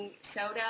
soda